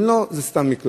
אם לא, זה סתם מקלחת.